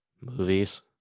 Movies